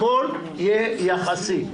הכול יהיה יחסי.